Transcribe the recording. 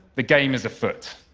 the game is afoot.